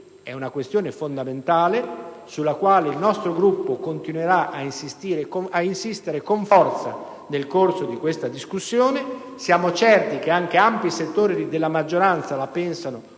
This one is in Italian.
di una questione fondamentale, sulla quale il nostro Gruppo continuerà ad insistere con forza nel corso della discussione, nella certezza che anche ampi settori della maggioranza la pensino